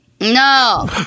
No